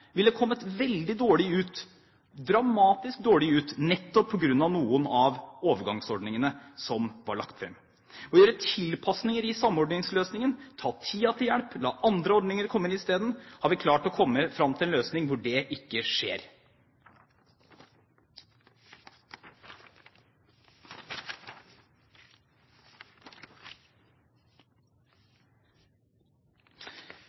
ville kommet veldig dårlig ut – dramatisk dårlig ut – nettopp på grunn av noen av overgangsordningene som var lagt fram. Ved å gjøre tilpasninger i samordningsløsningen, ta tiden til hjelp og la andre ordninger komme i stedet har vi klart å komme fram til en løsning hvor det ikke skjer.